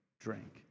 drink